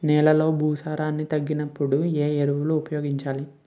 నెలలో భూసారాన్ని తగ్గినప్పుడు, ఏ ఎరువులు ఉపయోగించాలి?